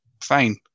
fine